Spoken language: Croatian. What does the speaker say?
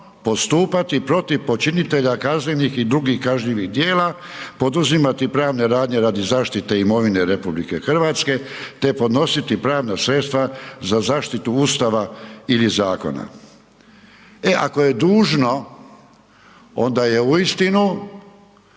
postupati protiv počinitelja kaznenih i drugih kažnjivih djela, poduzimati pravne radnje radi zaštite imovine RH, te podnositi pravna sredstva za zaštitu Ustava ili zakona. E, ako je dužno onda je uistinu